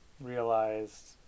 realized